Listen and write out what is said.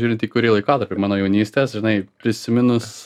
žiūrint į kurį laikotarpį ar mano jaunystės žinai prisiminus